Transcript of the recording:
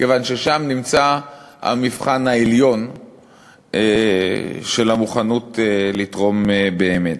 כיוון ששם נמצא המבחן העליון של המוכנות לתרום באמת.